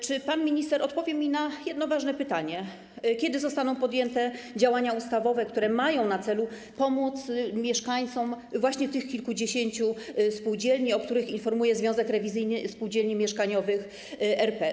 Czy pan minister odpowie mi na jedno ważne pytanie: Kiedy zostaną podjęte działania ustawowe, które mają na celu pomóc mieszkańcom właśnie tych kilkudziesięciu spółdzielni, o których informuje Związek Rewizyjny Spółdzielni Mieszkaniowych RP?